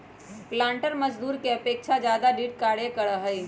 पालंटर मजदूर के अपेक्षा ज्यादा दृढ़ कार्य करा हई